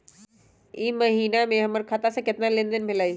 ई महीना में हमर खाता से केतना लेनदेन भेलइ?